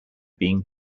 being